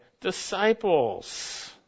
disciples